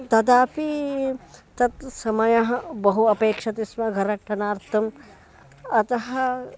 तदापि तत् समयः बहु अपेक्ष्यते स्म गरटनार्थम् अतः